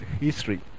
history